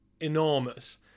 enormous